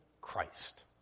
Christ